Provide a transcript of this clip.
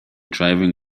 driving